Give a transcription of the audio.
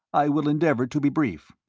i will endeavour to be brief.